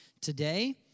today